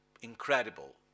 incredible